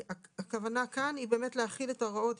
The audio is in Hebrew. הכוונה כאן היא באמת להחיל את ההוראות.